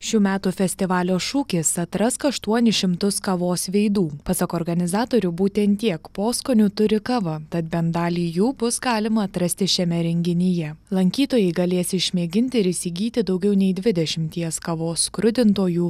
šių metų festivalio šūkis atrask aštuonis šimtus kavos veidų pasak organizatorių būtent tiek poskonių turi kava tad bent dalį jų bus galima atrasti šiame renginyje lankytojai galės išmėginti ir įsigyti daugiau nei dvidešimties kavos skrudintojų